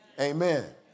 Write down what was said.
Amen